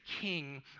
king